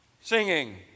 Singing